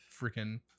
freaking